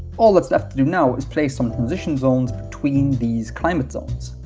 all that's left to do now is placed on transition zones between these climate zones.